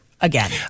again